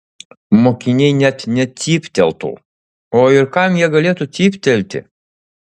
mokiniai net necypteltų o ir kam jie galėtų cyptelti